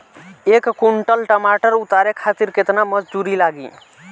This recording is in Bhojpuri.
एक कुंटल टमाटर उतारे खातिर केतना मजदूरी लागी?